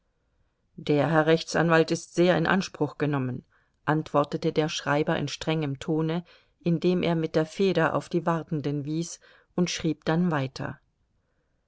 der herr rechtsanwalt ist sehr in anspruch genommen antwortete der schreiber in strengem tone indem er mit der feder auf die wartenden wies und schrieb dann weiter